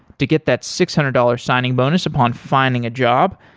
to get that six hundred dollars signing bonus upon finding a job,